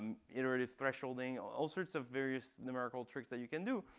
iterative thresholding, all sorts of various numerical tricks that you can do.